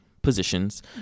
positions